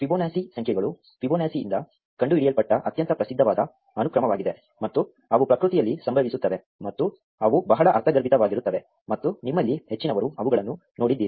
Fibonacci ಸಂಖ್ಯೆಗಳು ಫಿಬೊನಾಕಿಯಿಂದ ಕಂಡುಹಿಡಿಯಲ್ಪಟ್ಟ ಅತ್ಯಂತ ಪ್ರಸಿದ್ಧವಾದ ಅನುಕ್ರಮವಾಗಿದೆ ಮತ್ತು ಅವು ಪ್ರಕೃತಿಯಲ್ಲಿ ಸಂಭವಿಸುತ್ತವೆ ಮತ್ತು ಅವು ಬಹಳ ಅರ್ಥಗರ್ಭಿತವಾಗಿರುತ್ತವೆ ಮತ್ತು ನಿಮ್ಮಲ್ಲಿ ಹೆಚ್ಚಿನವರು ಅವುಗಳನ್ನು ನೋಡಿದ್ದೀರಿ